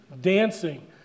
Dancing